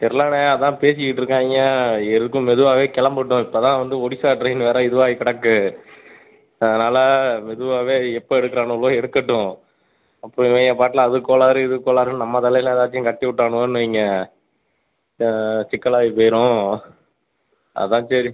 தெர்லைண்ணே அதுதான் பேசிக்கிட்டிருக்காய்ங்க எதுக்கும் மெதுவாகவே கிளம்பட்டும் இப்போதான் வந்து ஒடிசா ட்ரெயின் வேறு இதுவாகி கிடக்கு அதனால் மெதுவாகவே எப்போ எடுக்கிறானுவோலோ எடுக்கட்டும் அப்புறம் இவங்க பாட்டுல அது கோளாறு இது கோளாறுன்னு நம்ம தலையில எல்லாத்தையும் கட்டிவிட்டானுவோன்னு வைங்க சிக்கலாகி போய்டும் அதுதான் சரி